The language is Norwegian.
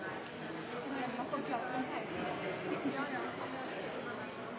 senere